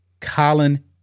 Colin